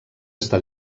està